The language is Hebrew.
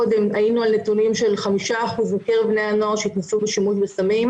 היינו 5% בקרב בני הנוער שהתנסו בשימוש בסמים,